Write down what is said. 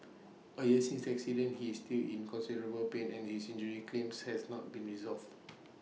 A year since the accident he is still in considerable pain and his injury claims has not been resolved